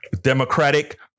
democratic